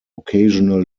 occasional